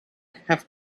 have